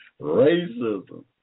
racism